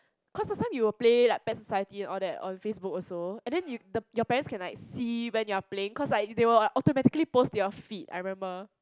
cause last time you would play like Pet Society and all that on Facebook also and then you the your parents can see when you're playing cause like they will automatically post to your feed I remember